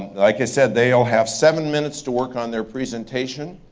like i said, they'll have seven minutes to work on their presentation.